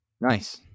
Nice